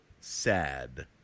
sad